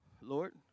Lord